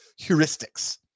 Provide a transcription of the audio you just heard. heuristics